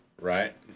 right